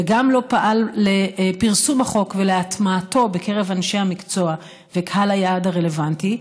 וגם לא פעל לפרסום החוק ולהטמעתו בקרב אנשי המקצוע וקהל היעד הרלוונטי,